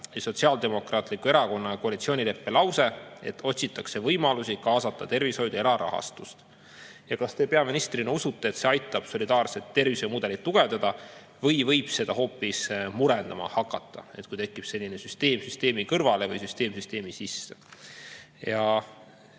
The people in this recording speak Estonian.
Sotsiaaldemokraatliku Erakonna koalitsioonileppe lause, et otsitakse võimalusi kaasata tervishoidu erarahastust? Kas te peaministrina usute, et see aitab solidaarset tervishoiumudelit tugevdada või võib see seda hoopis murendama hakata, kui tekib süsteem süsteemi kõrvale või süsteem süsteemi sisse? Ja